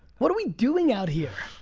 what are we doing out here,